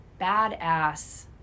badass